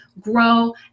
grow